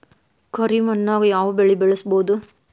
ಕರಿ ಮಣ್ಣಾಗ್ ಯಾವ್ ಬೆಳಿ ಬೆಳ್ಸಬೋದು?